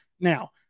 Now